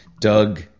doug